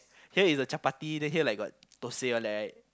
here is the chapati then here got thosai all that